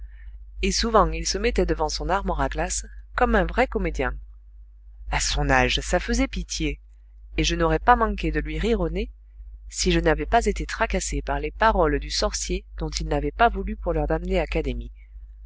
et souvent il se mettait devant son armoire à glace comme un vrai comédien a son âge ça faisait pitié et je n'aurais pas manqué de lui rire au nez si je n'avais pas été tracassée par les paroles du sorcier dont ils n'avaient pas voulu pour leur damnée académie